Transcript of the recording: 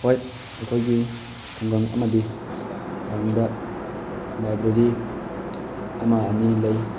ꯍꯣꯏ ꯑꯩꯈꯣꯏꯒꯤ ꯈꯨꯡꯒꯪ ꯑꯃꯗꯤ ꯇꯥꯎꯟꯗ ꯂꯥꯏꯕ꯭ꯔꯦꯔꯤ ꯑꯃ ꯑꯅꯤ ꯂꯩ